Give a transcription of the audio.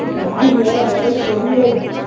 நாய் வேறு ஒரே சொரியா இருக்குது